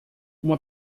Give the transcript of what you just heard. uma